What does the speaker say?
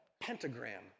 pentagram